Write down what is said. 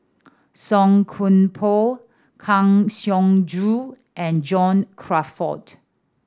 Song Koon Poh Kang Siong Joo and John Crawfurd